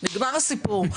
נגמר הסיפור.